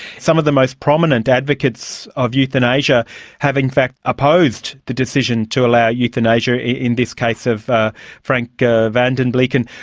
some of the most prominent advocates of euthanasia have in fact opposed the decision to allow euthanasia in this case of frank van den bleeken.